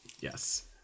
yes